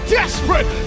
desperate